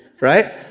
right